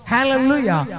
Hallelujah